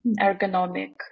ergonomic